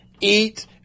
eat